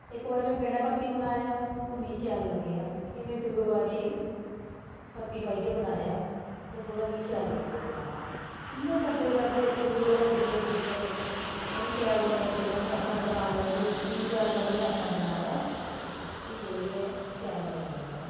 इक बारी में बिना पत्ती बनाया ओह् नीं शैल लग्गेआ फ्ही में दूए बारी में पत्ती पाइयै बनाया ओह् थोह्ड़ा मिगी शैल लग्गेआ बनाना इ'यां करदे करदे इक दूए कोला पुछदे पुछदे नेईं शैल बनेआ जिसलै में अपना दमाग लाइयै तिन चार बारी में आपे बनाया फ्ही जाइयै शैल बनी गेआ ओ